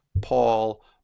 Paul